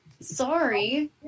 Sorry